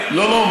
לא, לא.